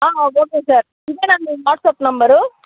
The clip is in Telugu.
ఓకే సార్ ఇదేనా మీ వాట్సప్ నంబరు